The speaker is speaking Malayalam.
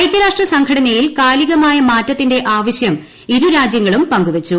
ഐക്യരാഷ്ട്രട് സംഘടനയിൽ കാലികമായ മാറ്റത്തിന്റെ ആവശ്യം ഇരുരാജ്യങ്ങളുട്ട് പങ്ക്ുവച്ചു